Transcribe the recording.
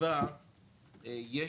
בחציבה יש